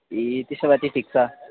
ए त्यसो भए चाहिँ ठिक छ